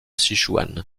sichuan